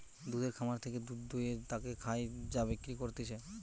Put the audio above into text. দুধের খামার থেকে দুধ দুয়ে তাকে খায় বা বিক্রি করতিছে